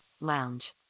Lounge